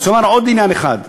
אני רוצה לומר עוד עניין אחד.